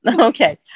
okay